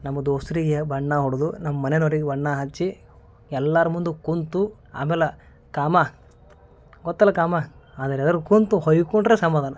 ನಮ್ಮ ದೋಸ್ತ್ರಿಗೆ ಬಣ್ಣ ಹೊಡೆದು ನಮ್ಮ ಮನೆನವ್ರಿಗೆ ಬಣ್ಣ ಹಚ್ಚಿ ಎಲ್ಲಾರ ಮುಂದು ಕುಂತು ಆಮ್ಯಾಲ ಕಾಮ ಗೊತ್ತಲ್ಲಾ ಕಾಮ ಅದರ ಎದರು ಕುಂತು ಹೊಯ್ಕೊಂಡ್ರ ಸಮಾಧಾನ